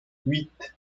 huit